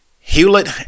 Hewlett